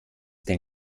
denn